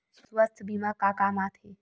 सुवास्थ बीमा का काम आ थे?